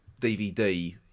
DVD